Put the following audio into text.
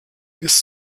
bis